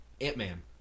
ant-man